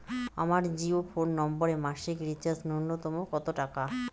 আমার জিও ফোন নম্বরে মাসিক রিচার্জ নূন্যতম কত টাকা?